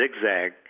zigzag